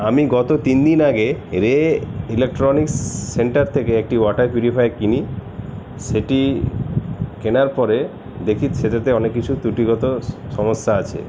আমি গত তিন দিন আগে রে ইলেকট্রনিক্স সেন্টার থেকে একটি ওয়াটার পিউরিফায়ার কিনি সেটি কেনার পরে দেখি সেটাতে অনেক কিছু ত্রুটিগত সমস্যা আছে